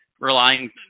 relying